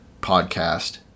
podcast